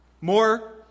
More